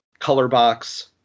Colorbox